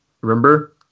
Remember